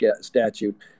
Statute